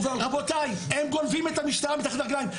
רבותיי, הם גונבים את המשטרה מתחת לרגליים.